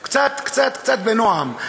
קצת, קצת קצת, בנועם.